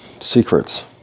secrets